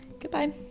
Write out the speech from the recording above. Goodbye